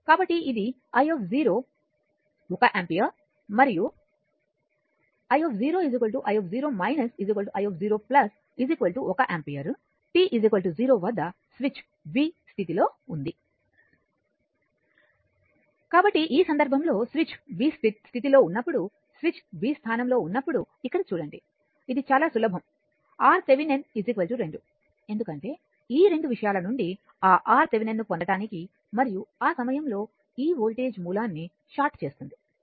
కాబట్టి ఇది i 1 ampere మరియు i i i0 1 ampere t0 వద్ద స్విచ్ b స్థితిలో ఉంది కాబట్టి ఈ సందర్భంలో స్విచ్ b స్థితిలో ఉన్నప్పుడు స్విచ్ b స్థానంలో ఉన్నప్పుడు ఇక్కడ చూడండి ఇది చాలా సులభం RThevenin 2 ఎందుకంటే ఈ రెండు విషయాలు నుండి ఆ RThevenin ను పొందడానికి మరియు ఆ సమయంలో ఈ వోల్టేజ్ మూలాన్ని షార్ట్ చేస్తుంది